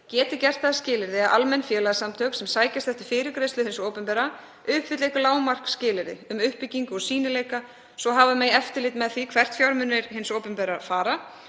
geti gert það að skilyrði að almenn félagasamtök sem sækjast eftir fyrirgreiðslu hins opinbera uppfylli einhver lágmarksskilyrði um uppbyggingu og sýnileika svo hafa megi eftirlit með því hvert fjármunir hins opinbera fara